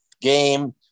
game